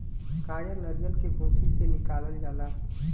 कायर नरीयल के भूसी से निकालल जाला